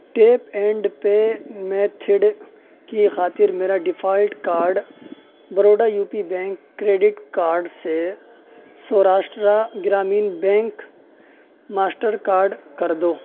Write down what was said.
tape and pay method کی خاطر میرا default card Baroda U P bank credit card سے Saurashtra Gramin bank master card کر دو